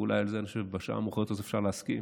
ואולי על זה בשעה המאוחרת הזאת אפשר להסכים